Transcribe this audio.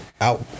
out